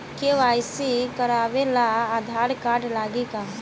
KYC करावे ला Aadhaar card लागी का?